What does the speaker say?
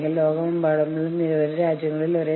മതിയായ ശമ്പളം ലഭിച്ചില്ലെങ്കിൽ ജീവനക്കാർ പണിമുടക്കും